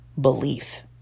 belief